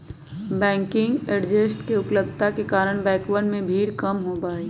banking agents के उपलब्धता के कारण बैंकवन में भीड़ कम होबा हई